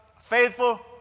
faithful